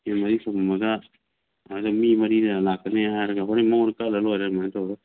ꯁꯨꯝꯃꯒ ꯑꯥꯗ ꯃꯤ ꯃꯔꯤꯅ ꯂꯥꯛꯀꯅꯤ ꯍꯥꯏꯔꯒ ꯍꯣꯔꯦꯟ ꯃꯥꯉꯣꯟꯗ ꯀꯛꯍꯜꯂ ꯂꯣꯏꯔꯦ ꯑꯗꯨꯃꯥꯏ ꯇꯧꯔꯒ